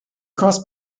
crossed